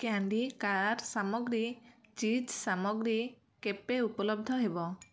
candy car ସାମଗ୍ରୀ ଚିଜ୍ ସାମଗ୍ରୀ କେବେ ଉପଲବ୍ଧ ହେବ